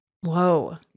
Whoa